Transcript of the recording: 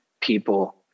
people